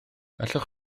allwch